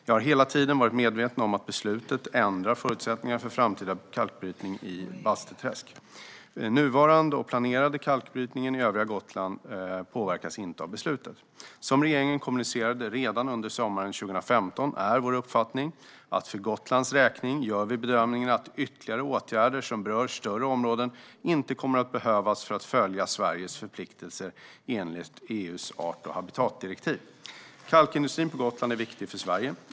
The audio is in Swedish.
Jag har hela tiden varit medveten om att beslutet ändrar förutsättningarna för framtida kalkbrytning i Bästeträsk. Nuvarande och planerad kalkbrytning i övrigt på Gotland påverkas inte av beslutet. Som regeringen kommunicerade redan under sommaren 2015 är vår uppfattning att för Gotlands räkning gör vi bedömningen att ytterligare åtgärder som berör större områden inte kommer att behövas för att följa Sveriges förpliktelser enligt EU:s art och habitatdirektiv. Kalkindustrin på Gotland är viktig för Sverige.